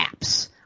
apps